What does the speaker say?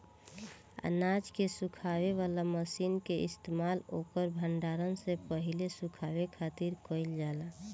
अनाज के सुखावे वाला मशीन के इस्तेमाल ओकर भण्डारण से पहिले सुखावे खातिर कईल जाला